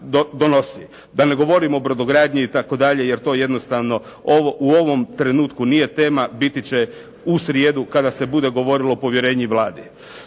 da ne govorim o brodogradnji itd. jer to jednostavno u ovom trenutku nije tema, biti će u srijedu kada se bude govorilo o povjerenju Vladi.